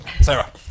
Sarah